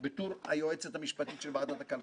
אשת מקצוע חדה ומדויקת,